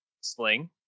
sling